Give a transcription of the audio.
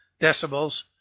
decibels